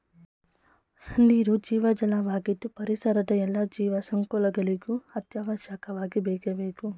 ನೀರು ಜೀವಜಲ ವಾಗಿದ್ದು ಪರಿಸರದ ಎಲ್ಲಾ ಜೀವ ಸಂಕುಲಗಳಿಗೂ ಅತ್ಯವಶ್ಯಕವಾಗಿ ಬೇಕೇ ಬೇಕು